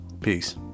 Peace